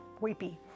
weepy